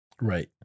Right